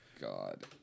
God